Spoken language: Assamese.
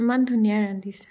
ইমান ধুনীয়া ৰান্ধিছা